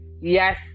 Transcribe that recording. yes